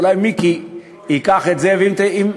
אולי מיקי ייקח את זה האוצר.